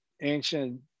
ancient